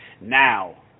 Now